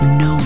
no